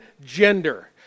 gender